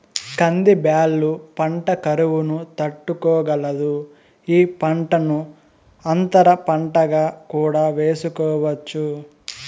కంది బ్యాళ్ళ పంట కరువును తట్టుకోగలదు, ఈ పంటను అంతర పంటగా కూడా వేసుకోవచ్చు